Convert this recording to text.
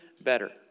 better